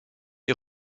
est